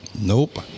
nope